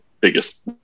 biggest